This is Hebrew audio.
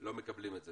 לא מקבלים את זה.